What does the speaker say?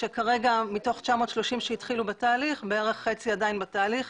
שמתוך 930 נאשמים שהתחילו בתהליך בערך חצי עדיין בתהליך,